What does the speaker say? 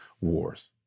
wars